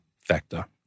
factor